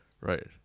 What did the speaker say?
Right